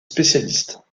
spécialistes